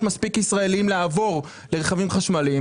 מספיק ישראלים לעבור לרכבים חשמליים,